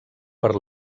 per